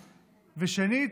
ושנית,